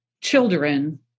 children